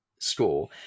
score